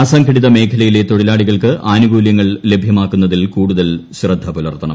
അസംഘടിത മേഖലയിലെ തൊഴിലാളികൾക്ക് ആനുകൂല്യങ്ങൾ ലഭ്യമാക്കുന്നതിൽ കൂടുതൽ ശ്രദ്ധ പുലർത്തണം